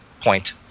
point